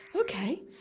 Okay